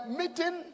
meeting